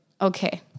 okay